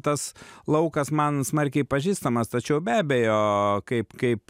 tas laukas man smarkiai pažįstamas tačiau be abejo kaip kaip